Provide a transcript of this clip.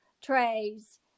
trays